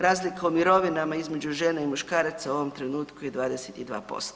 Razlika u mirovinama između žene i muškaraca u ovom trenutku je 22%